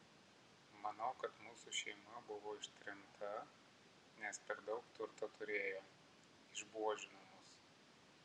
manau kad mūsų šeima buvo ištremta nes per daug turto turėjo išbuožino mus